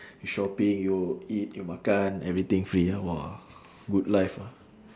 you shopping you eat you makan everything free ah !wah! good life ah